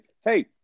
Hey